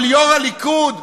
אבל יו"ר הליכוד,